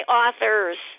authors